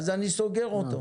אז אני סוגר אותו.